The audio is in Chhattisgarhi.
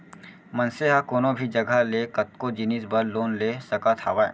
मनसे ह कोनो भी जघा ले कतको जिनिस बर लोन ले सकत हावय